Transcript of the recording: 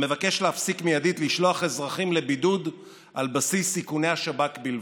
המבקש להפסיק מיידית לשלוח אזרחים לבידוד על בסיס איכוני השב"כ בלבד.